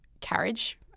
carriage